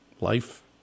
life